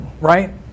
right